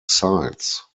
sides